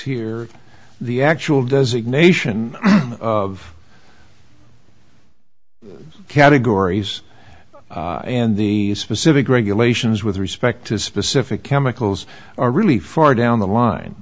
here the actual designation of categories and the specific regulations with respect to specific chemicals are really far down the line